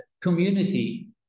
community